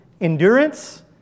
endurance